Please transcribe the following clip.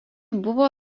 buvo